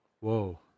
Whoa